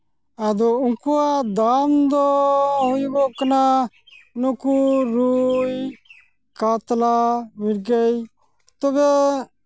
ᱟᱫᱚ ᱩᱱᱠᱩᱣᱟᱜᱫ ᱫᱟᱢ ᱫᱚ ᱦᱩᱭᱩᱜᱚᱜ ᱠᱟᱱᱟ ᱱᱩᱠᱩ ᱨᱩᱭ ᱠᱟᱛᱞᱟ ᱢᱤᱨᱜᱟᱹᱭ ᱛᱚᱵᱮ